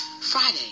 Friday